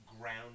ground